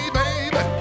baby